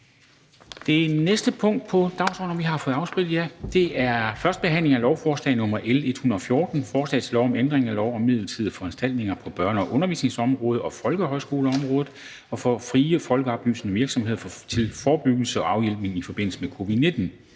Det næste punkt på dagsordenen er: 2) 1. behandling af lovforslag nr. L 114: Forslag til lov om ændring af lov om midlertidige foranstaltninger på børne- og undervisningsområdet og folkehøjskoleområdet og for den frie folkeoplysende virksomhed til forebyggelse og afhjælpning i forbindelse med covid-19.